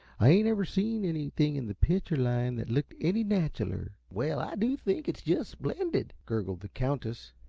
i ain't ever seen anything in the pitcher line that looked any natcherler. well, i do think it's just splendid! gurgled the countess.